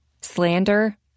slander